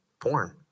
porn